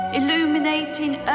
illuminating